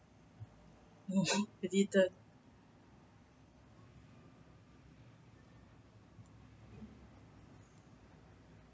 didn't